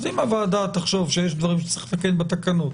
אם הוועדה תחשוב שיש דברים שצריך לתקן בתקנות